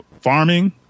Farming